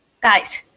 guys